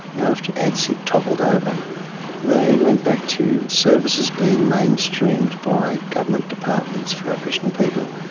after atsic toppled over they went back to services being mainstreamed by government departments for aboriginal people.